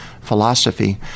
philosophy